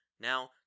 Now